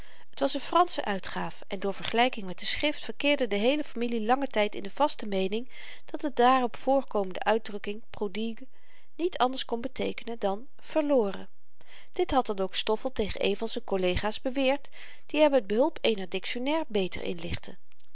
t was n fransche uitgaaf en door vergelyking met de schrift verkeerde de heele familie langen tyd in de vaste meening dat de daarop voorkomende uitdrukking prodigue niet anders kon beteekenen dan verloren dit had dan ook stoffel tegen een van z'n kollegaas beweerd die hem met behulp eener dictionnaire beter inlichtte